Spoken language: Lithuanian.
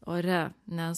ore nes